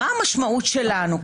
מה המשמעות שלנו,